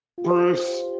Bruce